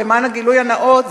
ולמען הגילוי הנאות,